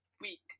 week